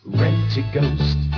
rent-a-ghost